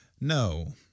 No